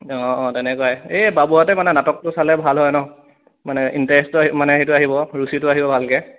অঁ অঁ অঁ তেনেকুৱাই এই বাবুহঁতে মানে নাটকটো চালে ভাল হয় ন মানে ইন্টাৰেষ্টটো আহি মানে হেৰিটো আহিব ৰুচিটো আহিব ভালকে